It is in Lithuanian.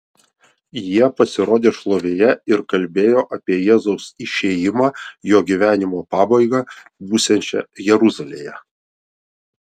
jie pasirodė šlovėje ir kalbėjo apie jėzaus išėjimą jo gyvenimo pabaigą būsiančią jeruzalėje